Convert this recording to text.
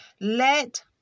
Let